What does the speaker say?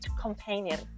companion